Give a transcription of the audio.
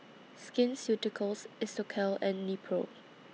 Skin Ceuticals Isocal and Nepro